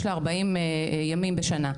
יש לה 40 ימים בשנה.